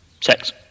Sex